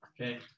okay